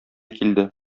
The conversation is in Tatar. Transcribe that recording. килде